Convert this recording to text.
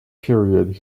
period